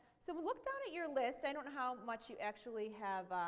so but look down at your list, i don't know how much you actually have